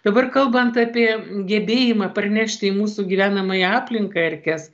dabar kalbant apie gebėjimą parnešti į mūsų gyvenamąją aplinką erkes